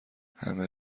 همه